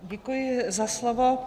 Děkuji za slovo.